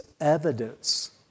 evidence